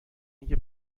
اینکه